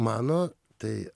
mano tai